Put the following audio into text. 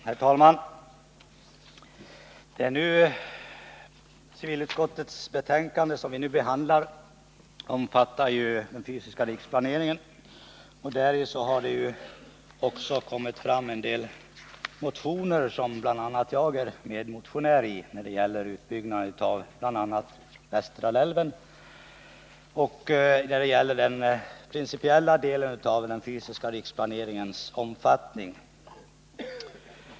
Herr talman! Det civilutskottsbetänkande som vi nu behandlar omfattar den fysiska riksplaneringen. I betänkandet behandlas också en del motioner där bl.a. jag är medmotionär. Det gäller bl.a. utbyggnaden av Västerdalälven och den principiella delen av den fysiska riksplaneringens omfattning.